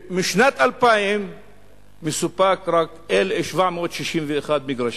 משנת 2000 מסופקים רק 761 מגרשים?